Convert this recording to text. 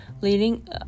leading